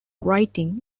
writing